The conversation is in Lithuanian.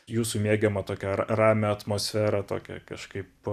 jūsų mėgiamą tokią ra ramią atmosferą tokią kažkaip